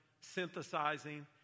synthesizing